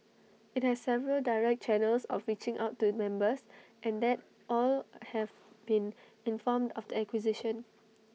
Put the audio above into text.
IT has several direct channels of reaching out to members and that all have been informed of the acquisition